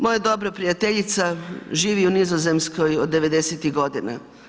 Moja dobra prijateljica živi u Nizozemskoj od 90-ih godina.